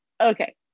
okay